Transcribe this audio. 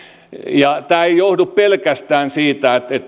ja tämä ei johdu pelkästään siitä että